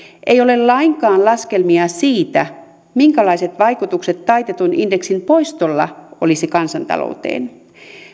ei ole lainkaan laskelmia siitä minkälaiset vaikutukset taitetun indeksin poistolla olisi kansantalouteen